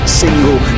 single